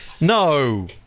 No